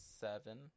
seven